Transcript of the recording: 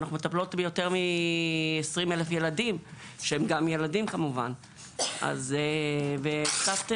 אנחנו מטפלות ביותר מ-20 אלף ילדים שהם גם ילדים כמובן וקצת שוכחים,